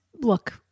look